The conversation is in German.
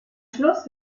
schluss